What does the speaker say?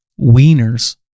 Wieners